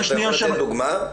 תודה רבה.